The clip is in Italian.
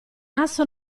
asso